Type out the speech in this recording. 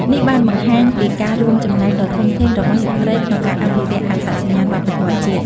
នេះបានបង្ហាញពីការរួមចំណែកដ៏ធំធេងរបស់ស្ត្រីក្នុងការអភិរក្សអត្តសញ្ញាណវប្បធម៌ជាតិ។